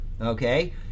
okay